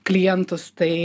klientus tai